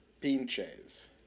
pinches